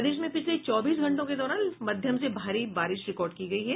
प्रदेश में पिछले चौबीस घंटों के दौरान मध्यम से भारी बारिश रिकार्ड की गयी है